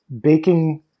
baking